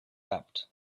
wept